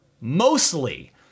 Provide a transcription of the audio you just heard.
Mostly